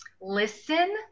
listen